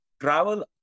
travel